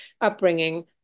upbringing